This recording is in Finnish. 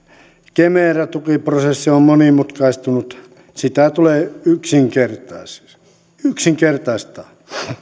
kemera tukiprosessi on on monimutkaistunut sitä tulee yksinkertaistaa yksinkertaistaa